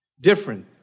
different